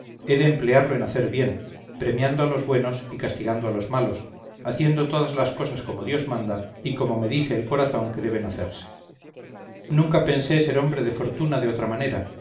de emplearlo en hacer bien premiando a los buenos y castigando a los malos haciendo todas las cosas como dios manda y como me dice el corazón que deben hacerse nunca pensé ser hombre de fortuna de otra manera